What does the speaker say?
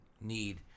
need